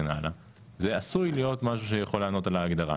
זה עשוי להיות משהו שיכול לענות על ההגדרה,